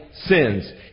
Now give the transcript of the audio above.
sins